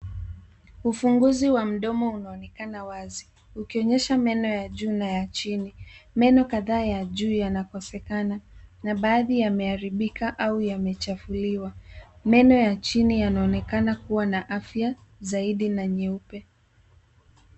Ufunguzi wa mdomo unaonekana wazi ukionyesha meno ya juu na chini. Meno kadhaa ya juu yanakosekana na baadhi yameharibika au yamechafuliwa. Meno ya chini yanaonekana kuwa na afya zaidi na nyeupe.